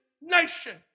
nation